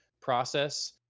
process